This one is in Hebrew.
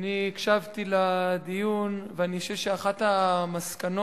אני הקשבתי לדיון ואני חושב שאחת המסקנות